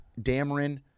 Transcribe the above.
Dameron